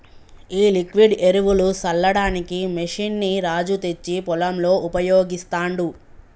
ఈ లిక్విడ్ ఎరువులు సల్లడానికి మెషిన్ ని రాజు తెచ్చి పొలంలో ఉపయోగిస్తాండు